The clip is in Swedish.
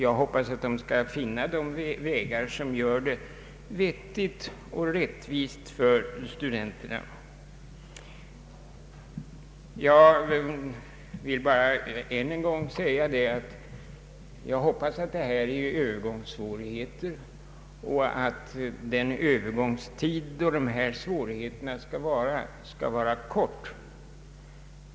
Jag hoppas att man skall kunna finna de vägar som gör det hela vettigt och rättvist för studenterna. Jag vill endast än en gång säga att jag hoppas att detta är övergångssvårigheter och att övergångstiden med dessa svårigheter skall vara kort.